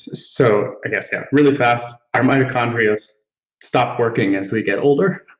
so, i guess, yeah, really fast. our mitochondria stop working as we get older.